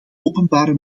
openbare